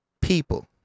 People